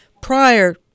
prior